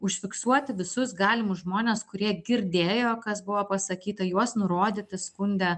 užfiksuoti visus galimus žmones kurie girdėjo kas buvo pasakyta juos nurodyti skunde